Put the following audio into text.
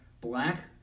black